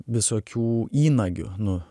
visokių įnagių nu